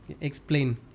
Explain